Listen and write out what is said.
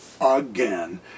Again